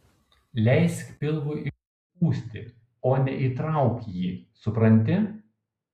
leisk pilvui išsipūsti o ne įtrauk jį supranti